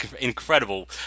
incredible